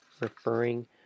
referring